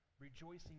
rejoicing